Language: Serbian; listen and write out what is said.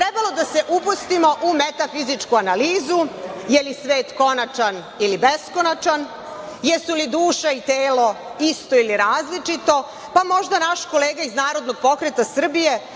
trebalo bi da se upustimo u metafizičku analizu jeli svet konačan ili beskonačan, jesu li su duša i telo isto ili različito, pa možda naš kolega iz Narodnog pokreta Srbije